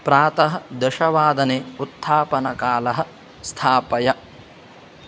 प्रातः दशवादने उत्थापनकालं स्थापय